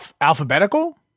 Alphabetical